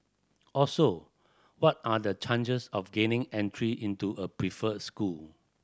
also what are the changes of gaining entry into a preferred school